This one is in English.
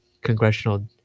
Congressional